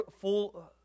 full